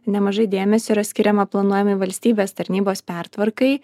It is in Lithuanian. nemažai dėmesio yra skiriama planuojami valstybės tarnybos pertvarkai